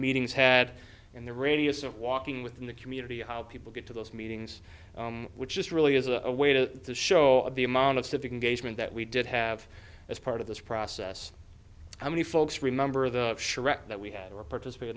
meetings had in the radius of walking within the community how people get to those meetings which is really is a way to show of the amount of civic engagement that we did have as part of this process how many folks remember the shrek that we had or participate